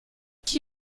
qui